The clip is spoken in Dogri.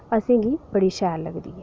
असें गी बड़ी शैल लगदी